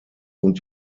und